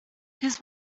his